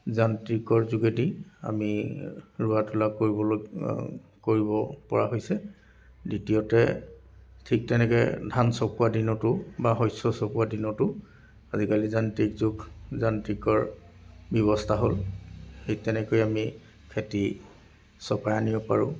যান্ত্ৰিকৰ যোগেদি আমি ৰোৱা তোলা কৰিবলৈ কৰিব পৰা হৈছে দ্বিতীয়তে ঠিক তেনেকৈ ধান চপোৱা দিনতো বা শস্য চপোৱা দিনতো আজিকালি যান্ত্ৰিক যুগ যান্ত্ৰিকৰ ব্যৱস্থা হ'ল ঠিক তেনেকৈ আমি খেতি চপাই আনিব পাৰোঁ